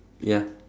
ya